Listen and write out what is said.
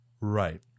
Right